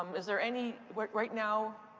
um is there any, right now,